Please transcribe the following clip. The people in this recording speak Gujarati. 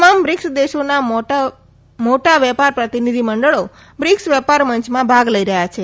તમામ બ્રિક્સ દેશોના મોટા વેપાર પ્રતિનિધિમંડળો બ્રિક્સ વેપાર મંચમાં ભાગ લઈ રહ્યા છે